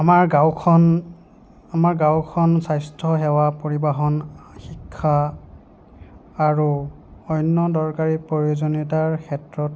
আমাৰ গাঁওখন আমাৰ গাঁওখন স্বাস্থ্য সেৱা পৰিবহণ শিক্ষা আৰু অন্য দৰকাৰী প্ৰয়োজনীয়তাৰ ক্ষেত্ৰত